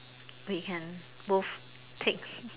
we can both take